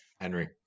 Henry